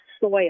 soil